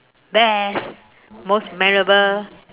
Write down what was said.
best most memorable